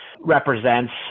represents